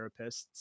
therapists